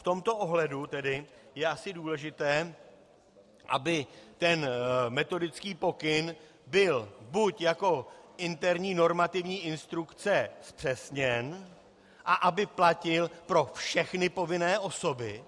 V tomto ohledu je důležité, aby metodický pokyn byl buď jako interní normativní instrukce zpřesněn a aby platil pro všechny povinné osoby.